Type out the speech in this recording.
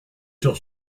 sur